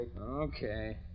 Okay